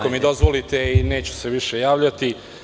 Ako mi dozvolite, neću se više javljati.